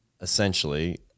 essentially